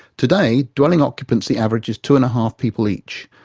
today, dwelling occupancy averages two and half people each,